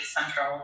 central